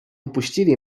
opuścili